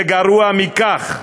וגרוע מכך,